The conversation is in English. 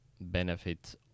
benefit